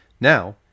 Now